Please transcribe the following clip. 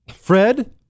Fred